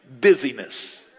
busyness